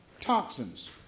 Toxins